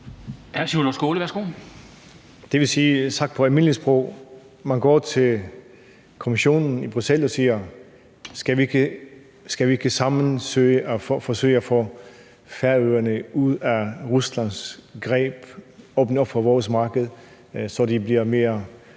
Det vil sige, sagt på almindeligt sprog, at man går til Kommissionen i Bruxelles og siger: Skal vi ikke sammen forsøge at få Færøerne ud af Ruslands greb og åbne for vores marked, så de bliver mere